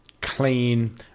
Clean